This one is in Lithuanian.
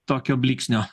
tokio blyksnio